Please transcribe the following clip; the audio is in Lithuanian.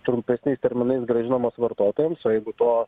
trumpesniais terminais grąžinamos vartotojams o jeigu to